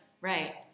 Right